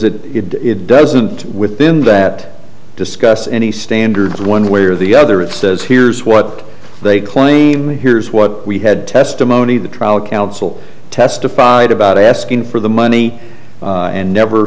does it it doesn't within that discuss any standards one way or the other it says here's what they claim here's what we had testimony of the trial counsel testified about asking for the money and never